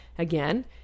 Again